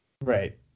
Right